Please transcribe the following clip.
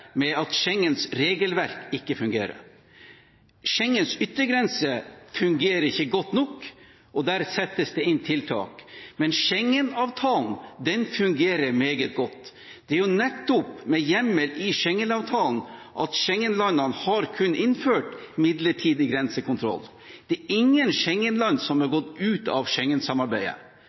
med at Schengens regelverk ikke fungerer. Schengens yttergrense fungerer ikke godt nok, og der settes det inn tiltak. Men Schengen-avtalen fungerer meget godt. Det er nettopp med hjemmel i Schengen-avtalen at Schengen-landene har kunnet innføre midlertidig grensekontroll. Det er ingen Schengen-land som har gått ut av